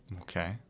Okay